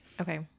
Okay